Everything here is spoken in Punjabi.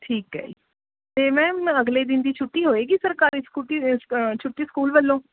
ਠੀਕ ਹੈ ਜੀ ਅਤੇ ਮੈਮ ਅਗਲੇ ਦਿਨ ਦੀ ਛੁੱਟੀ ਹੋਏਗੀ ਸਰਕਾਰੀ ਸਕੂਲ ਦੀ ਛੁੱਟੀ ਸਕੂਲ ਵੱਲੋਂ